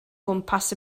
gwmpas